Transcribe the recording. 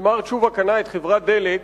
כשמר תשובה קנה את חברת "דלק",